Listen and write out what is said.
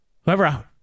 whoever